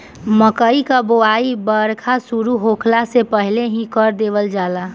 मकई कअ बोआई बरखा शुरू होखला से पहिले ही कर देहल जाला